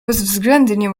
bezwzględnie